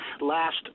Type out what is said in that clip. last